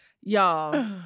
Y'all